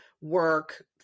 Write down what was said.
work